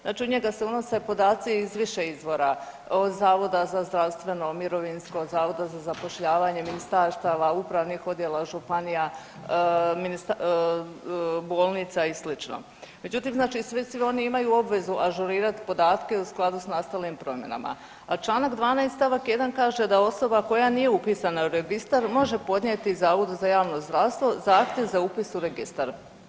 Znači u njega se unose podaci iz više izvora, Zavoda za zdravstveno, mirovinsko, Zavoda za zapošljavanje, ministarstava, upravnih odjela, županija, bolnica i slično, međutim, znači svi oni imaju obvezu ažurirati podatke u skladu s nastalim promjenama, a čl. 12 st. 1 kaže da osoba koja nije upisana u Registar može podnijeti zavodu za javno zdravstvo zahtjev za upis u Registar.